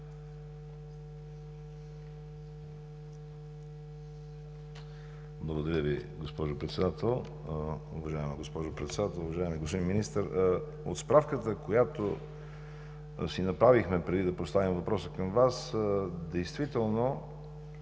Благодаря Ви, госпожо Председател! Уважаема госпожо Председател, уважаеми господин Министър! От справката, която си направихме преди да поставим въпроса към Вас, действително,